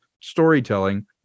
storytelling